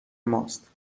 ماست